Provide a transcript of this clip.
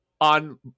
on